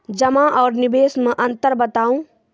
जमा आर निवेश मे अन्तर बताऊ?